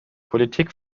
politik